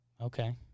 Okay